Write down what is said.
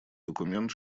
документ